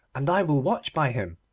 and i will watch by him,